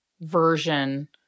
version